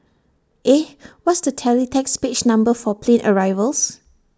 eh what's the teletext page number for plane arrivals